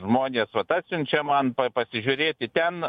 žmonės vat atsiunčia man pasižiūrėti ten